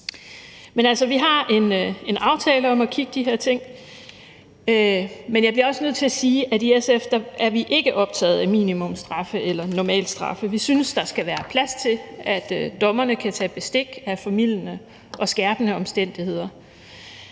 vi har en aftale om at kigge på de her ting. Men jeg er også bare nødt til at sige, at i SF er vi ikke optaget af minimumsstraffe eller normalstraffe. Vi synes, at der skal være plads til, at dommerne kan tage bestik af formildende og skærpende omstændigheder.